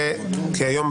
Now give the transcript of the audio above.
כי היום,